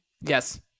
Yes